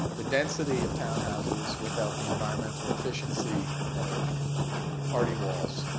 the density of townhouses without the environmental efficiency of party walls,